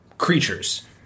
creatures